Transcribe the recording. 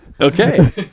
Okay